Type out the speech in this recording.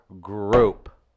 group